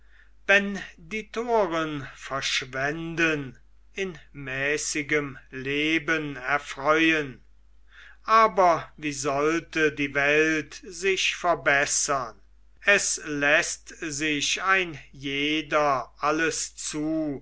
wenn die toren verschwenden in mäßigem leben erfreuen aber wie sollte die welt sich verbessern es läßt sich ein jeder alles zu